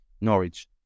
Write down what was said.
Norwich